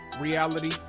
Reality